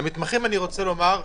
למתמחים אני רוצה לומר,